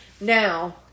Now